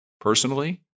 personally